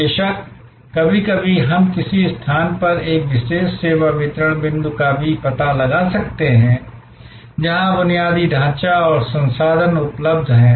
बेशक कभी कभी हम किसी स्थान पर एक विशेष सेवा वितरण बिंदु का भी पता लगा सकते हैं जहां बुनियादी ढांचा और संसाधन उपलब्ध हैं